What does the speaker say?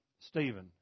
Stephen